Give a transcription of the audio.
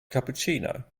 cappuccino